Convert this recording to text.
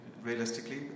realistically